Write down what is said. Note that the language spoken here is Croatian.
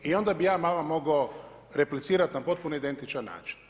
I onda bi ja vama mogao replicirati na potpuno identičan način.